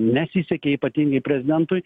nesisekė ypatingai prezidentui